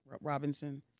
Robinson